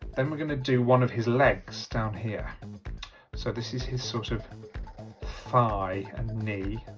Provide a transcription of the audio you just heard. then we're gonna do one of his legs down here so this is his sort of thigh and knee